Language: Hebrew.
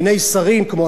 כמו השר יעלון,